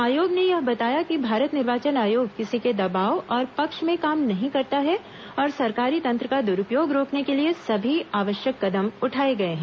आयोग ने यह बताया है कि भारत निर्वाचन आयोग किसी के दबाव और पक्ष में काम नहीं करता है और सरकारी तंत्र का दुरूपयोग रोकने के लिए सभी आवश्यक कदम उठाए गए हैं